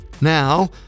now